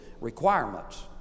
requirements